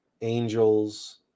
angels